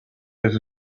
his